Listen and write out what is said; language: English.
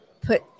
Put